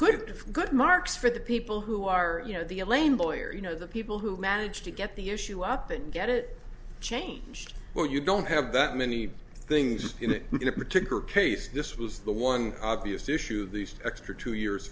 for good marks for the people who are you know the elaine lawyer you know the people who managed to get the issue up and get it changed or you don't have that many things in a particular case this was the one obvious issue these extra two years